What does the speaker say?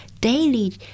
daily